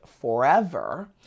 forever